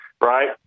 right